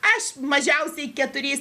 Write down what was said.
aš mažiausiai keturiais